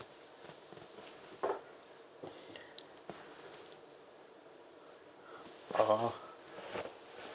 uh